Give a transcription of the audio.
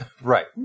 Right